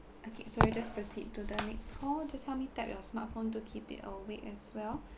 okay so I'll just proceed to the next call just help me tap your smartphone to keep it awake as well